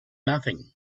nothing